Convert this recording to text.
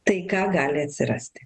taika gali atsirasti